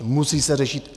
Musí se řešit.